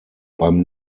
beim